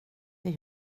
det